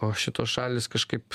o šitos šalys kažkaip